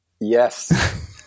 Yes